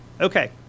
Okay